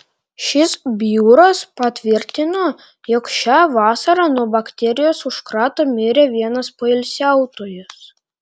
šis biuras patvirtino jog šią vasarą nuo bakterijos užkrato mirė vienas poilsiautojas